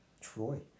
Troy